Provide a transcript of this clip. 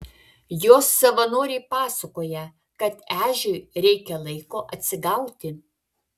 jos savanoriai pasakoja kad ežiui reikia laiko atsigauti